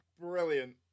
brilliant